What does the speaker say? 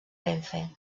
renfe